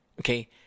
Okay